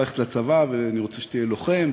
אתה חייב ללכת לצבא ואני רוצה שתהיה לוחם,